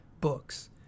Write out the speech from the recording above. books